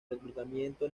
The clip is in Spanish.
reclutamiento